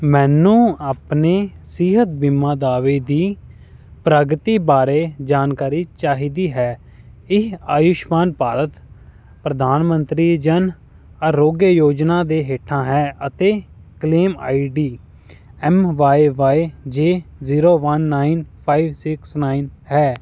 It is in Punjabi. ਮੈਨੂੰ ਆਪਣੇ ਸਿਹਤ ਬੀਮਾ ਦਾਅਵੇ ਦੀ ਪ੍ਰਗਤੀ ਬਾਰੇ ਜਾਣਕਾਰੀ ਚਾਹੀਦੀ ਹੈ ਇਹ ਆਯੁਸ਼ਮਾਨ ਭਾਰਤ ਪ੍ਰਧਾਨ ਮੰਤਰੀ ਜਨ ਆਰੋਗਯ ਯੋਜਨਾ ਦੇ ਹੇਠਾਂ ਹੈ ਅਤੇ claim ID M Y Y J zero one nine five six nine ਹੈ